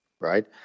right